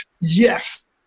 yes